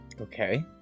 okay